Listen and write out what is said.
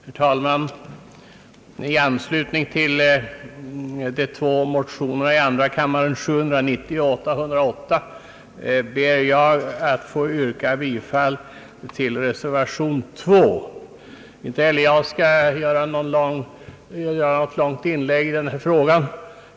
Herr talman! I anslutning till de två motionerna II: 790 och II: 808 skulle jag gärna vilja se ett bifall till reservation II. Inte heller jag skall göra något långt inlägg i frågan.